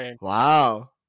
wow